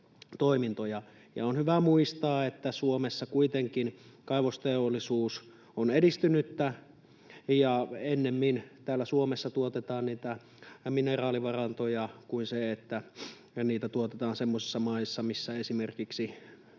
On hyvä muistaa, että Suomessa kuitenkin kaivosteollisuus on edistynyttä, ja ennemmin täällä Suomessa tuotetaan niitä mineraalivarantoja kuin että niitä tuotetaan semmoisissa maissa, missä esimerkiksi